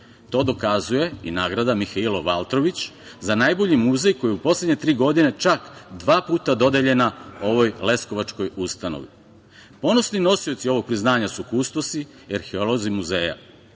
dokazuje i nagrada "Mihailo Valtrović" za najbolji muzej koji u poslednje tri godine čak dva puta dodeljena ovoj leskovačkoj ustanovi. Ponosni nosioci ovog priznanja su kustosi i arheolozi muzeja.